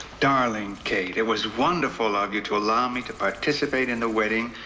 darling kate, it was wonderful of you to allow me to participate in the wedding.